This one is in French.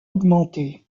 augmenté